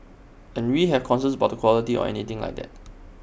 and we have concerns about the quality or anything like that